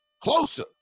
Closer